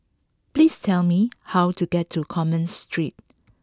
please tell me how to get to Commerce Street